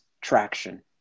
traction